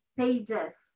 pages